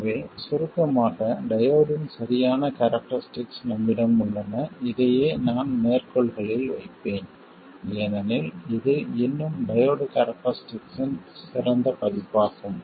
எனவே சுருக்கமாக டையோடின் சரியான கேரக்டரிஸ்டிக் நம்மிடம் உள்ளன இதையே நான் மேற்கோள்களில் வைப்பேன் ஏனெனில் இது இன்னும் டையோட் கேரக்டரிஸ்டிக் இன் சிறந்த பதிப்பாகும்